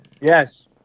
Yes